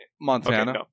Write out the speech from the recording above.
montana